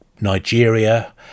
Nigeria